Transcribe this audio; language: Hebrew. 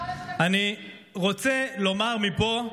אני רוצה לומר מפה,